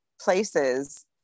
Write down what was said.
places